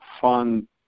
fund